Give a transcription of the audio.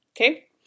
Okay